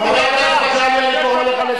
אני תיכף אגע בו, אבל אנחנו יודעים, העלית.